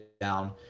down